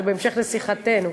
זה בהמשך לשיחתנו.